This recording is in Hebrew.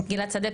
גלעד שדה,